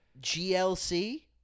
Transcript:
GLC